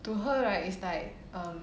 to her right is like um